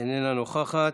איננה נוכחת,